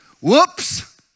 Whoops